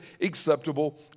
acceptable